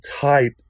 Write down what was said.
type